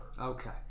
Okay